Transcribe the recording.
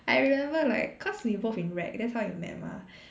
I remember like cause we both in rag that's how we met mah